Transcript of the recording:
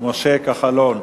משה כחלון.